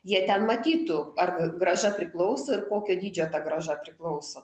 jie ten matytų ar gr grąža priklauso ir kokio dydžio ta grąža priklauso